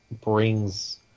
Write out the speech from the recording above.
brings